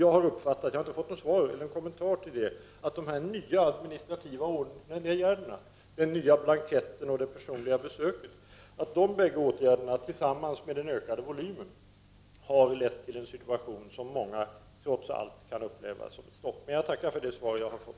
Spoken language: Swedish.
Jag har uppfattat att de nya åtgärderna, dvs. den nya blanketten och det personliga besöket, tillsammans med den ökade volymen ansökningar har lett till en situation som många trots allt kan uppleva som ett stopp. Jag tackar ändå för det svar jag har fått.